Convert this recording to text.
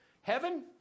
Heaven